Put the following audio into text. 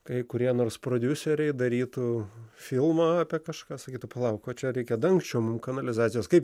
kai kurie nors prodiuseriai darytų filmą apie kažką sakytų palauk čia reikia dangčio kanalizacijos kaip